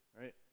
right